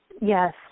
Yes